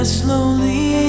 slowly